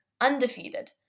Undefeated